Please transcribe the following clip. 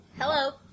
Hello